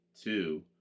two